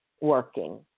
working